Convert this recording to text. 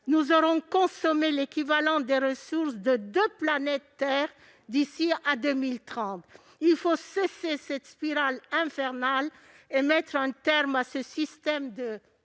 nous aurons consommé l'équivalent des ressources de deux planètes Terre d'ici à 2030. Il faut cesser cette spirale infernale et mettre un terme à ce système de